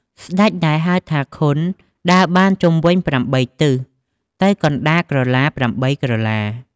ស្ដេចដែលហៅថាខុន ដើរបានជុំវិញ ៨ទិស ទៅកណ្តាលក្រឡា ៨ក្រឡា។